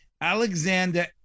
Alexander